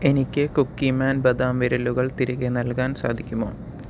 എനിക്ക് കുക്കിമാൻ ബദാം വിരലുകൾ തിരികെ നൽകാൻ സാധിക്കുമോ